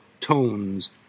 tones